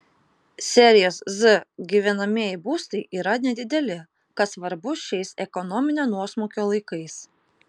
serijos z gyvenamieji būstai yra nedideli kas svarbu šiais ekonominio nuosmukio laikais